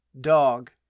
Dog